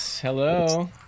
Hello